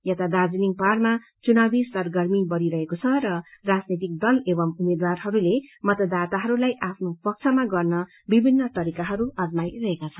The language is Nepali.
यता दार्जीलिङ पहाड़मा चुनावी सरगर्मी बढ़ी रहेको छ र राजनैतिक दल एव उम्मेद्वारहरूले मतदाताहरूलाई आफ्ना पक्षमा गर्न विभिन्न तरिकाहरू अप्नाई रहेका छन्